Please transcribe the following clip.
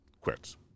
quits